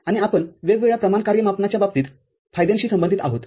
आणि आपण वेगवेगळ्या प्रमाण कार्य मापनाच्या बाबतीत फायद्याशी संबंधित आहोत